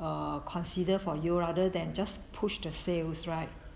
err consider for you rather than just push the sales right